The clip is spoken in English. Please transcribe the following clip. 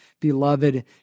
beloved